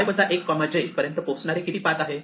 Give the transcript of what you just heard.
i 1 j पर्यंत पोहोचणारे किती पाथ आहेत